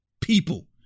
people